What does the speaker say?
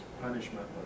punishment